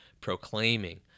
proclaiming